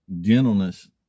gentleness